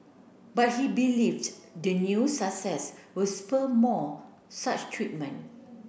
but he believes the new success will spur more such treatment